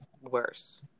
worse